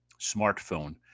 smartphone